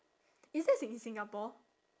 is it sing~ singapore